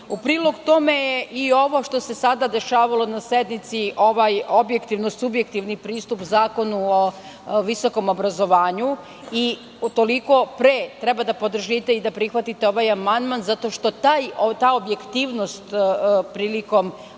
prilog tome je i ovo što se sada dešavalo na sednici, ovaj objektivno-subjektivni pristup Zakonu o visokom obrazovanju i toliko pre treba da podržite i prihvatite ovaj amandman, zato što ta objektivnost prilikom